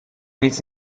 nic